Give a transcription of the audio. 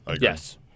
Yes